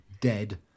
dead